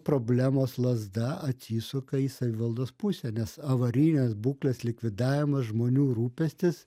problemos lazda atsisuka į savivaldos pusę nes avarinės būklės likvidavimas žmonių rūpestis